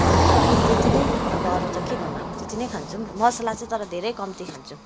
अरू त त्यति नै अब अरू त के भन्नु अब त्यति नै खान्छौँ मसला चाहिँ तर धेरै नै कम्ति खान्छौँ